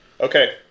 Okay